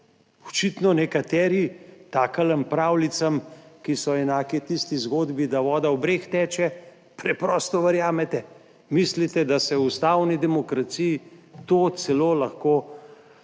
Očitno nekateri takim pravljicam, ki so enake tisti zgodbi, da voda v breg teče, preprosto verjamete. Mislite, da se v ustavni demokraciji to celo lahko zgodi no,